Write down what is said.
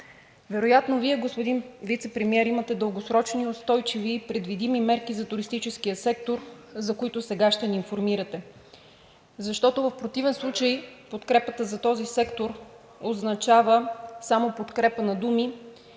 Вероятно Вие, господин Вицепремиер, имате дългосрочни, устойчиви и предвидими мерки за туристическия сектор, за които сега ще ни информирате. В противен случай подкрепата за този сектор означава само подкрепа на думи,